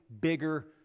bigger